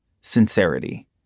sincerity